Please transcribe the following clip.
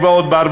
גבעות-בר,